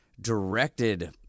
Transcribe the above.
directed